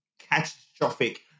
catastrophic